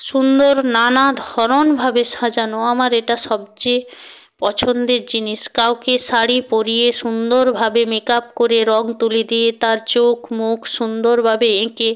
সুন্দর নানা ধরনভাবে সাজানো আমার এটা সবচেয়ে পছন্দের জিনিস কাউকে শাড়ি পরিয়ে সুন্দরভাবে মেকআপ করে রঙ তুলি দিয়ে তার চোখ মুখ সুন্দরভাবে এঁকে